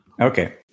Okay